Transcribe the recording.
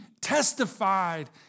testified